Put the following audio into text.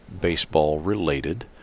baseball-related